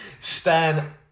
Stan